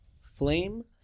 Flame